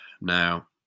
Now